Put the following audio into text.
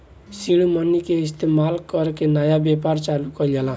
seed money के इस्तमाल कर के नया व्यापार चालू कइल जाला